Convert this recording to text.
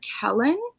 Kellen